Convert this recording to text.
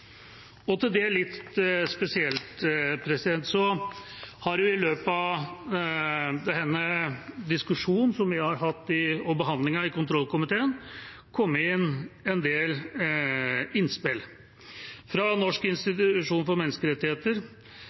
Til det spesielt har det i løpet av den diskusjonen vi har hatt under behandlingen i kontrollkomiteen, kommet inn en del innspill – fra Norges institusjon for menneskerettigheter,